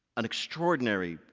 an extraordinary,